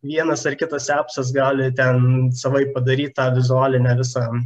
vienas ar kitas apsas gali ten savaip padaryt tą vizualinę visą